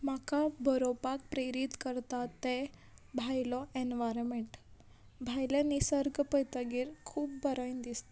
म्हाका बरोवपाक प्रेरीत करता तें भायलो एनवायरमेंट भायलें निसर्ग पयतगीर खूब बरें दिसता